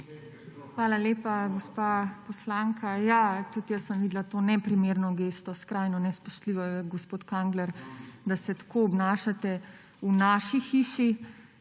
Hvala lepa, gospa poslanka. Ja, tudi jaz sem videla to neprimerno gesto. Skrajno nespoštljivo je, gospod Kangler, da se tako obnašate v naših hiši,